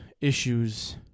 issues